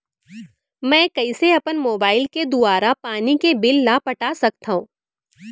मैं कइसे अपन मोबाइल के दुवारा पानी के बिल ल पटा सकथव?